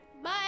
Bye